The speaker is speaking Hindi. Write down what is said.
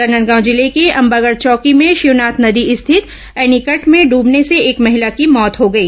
राजनांदगांव जिले के अंबागढ़ चौकी में शिवनाथ नदी स्थित एनीकट में डूबने से एक महिला की मौत हो गई